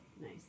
Nice